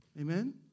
Amen